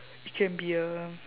it can be a